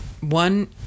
One